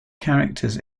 characters